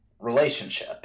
relationship